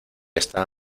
está